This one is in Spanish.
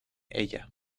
ella